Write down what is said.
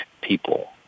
People